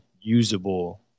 usable